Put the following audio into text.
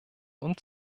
und